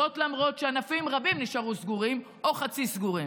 למרות שענפים רבים נשארו סגורים או חצי סגורים.